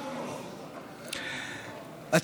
סליחה, אדוני היושב-ראש.